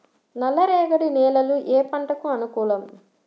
నల్ల రేగడి నేలలు ఏ పంటకు అనుకూలం?